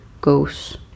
goes